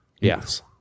Yes